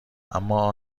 اما